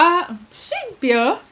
uh Shim beer